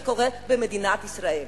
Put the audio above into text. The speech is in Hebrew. זה קורה במדינת ישראל.